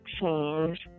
change